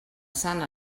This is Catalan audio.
sant